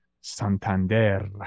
Santander